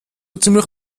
ziemlich